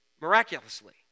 miraculously